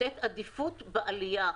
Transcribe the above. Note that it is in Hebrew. לתת עדיפות בעלייה.